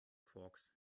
quarks